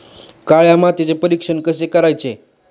काळ्या मातीचे परीक्षण कसे करायचे?